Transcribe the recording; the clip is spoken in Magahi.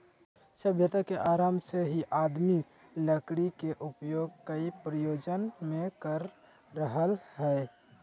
सभ्यता के आरम्भ से ही आदमी लकड़ी के उपयोग कई प्रयोजन मे कर रहल हई